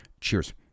Cheers